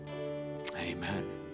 amen